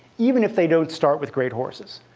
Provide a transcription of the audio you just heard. even if they don't start with great horses.